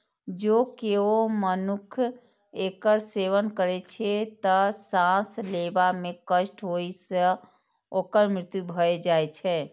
जौं केओ मनुक्ख एकर सेवन करै छै, तं सांस लेबा मे कष्ट होइ सं ओकर मृत्यु भए जाइ छै